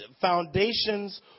foundations